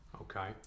Okay